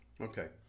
Okay